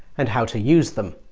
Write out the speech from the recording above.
and how to use them.